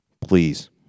Please